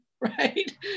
right